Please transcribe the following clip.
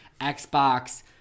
Xbox